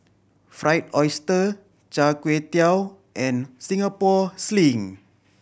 Fried Oyster Char Kway Teow and Singapore Sling